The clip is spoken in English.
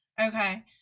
Okay